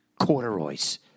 corduroys